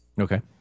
Okay